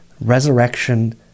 resurrection